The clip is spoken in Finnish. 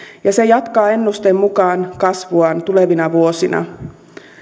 ja se jatkaa ennusteen mukaan kasvuaan tulevina vuosina